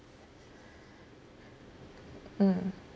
mm